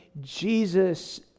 Jesus